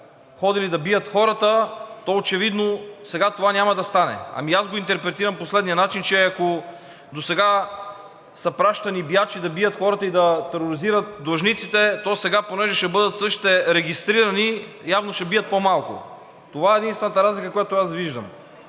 ходили да бият хората, то очевидно сега това няма да стане. Ами аз го интерпретирам по следния начин – че, ако досега са пращани биячи да бият хората и да тероризират длъжниците, то сега, понеже ще бъдат същите регистрирани, явно ще бият по-малко. Това е единствената разлика, която аз виждам.